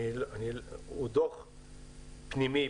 הוא דוח פנימי,